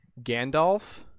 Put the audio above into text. Gandalf